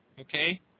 Okay